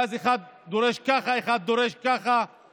ואז אחד דורש ככה ואחד דורש ככה,